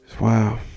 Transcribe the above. wow